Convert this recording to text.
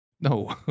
no